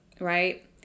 right